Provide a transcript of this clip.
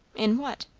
in what?